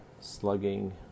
slugging